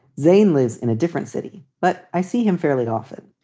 zane lives in a different city, but i see him fairly often.